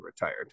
retired